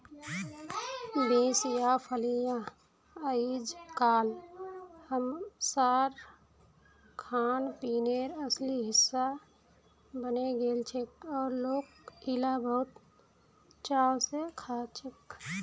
beans या फलियां अइजकाल हमसार खानपीनेर असली हिस्सा बने गेलछेक और लोक इला बहुत चाव स खाछेक